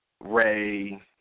Ray